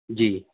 جی